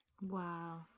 Wow